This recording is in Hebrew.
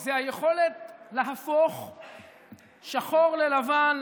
זה היכולת להפוך שחור ללבן,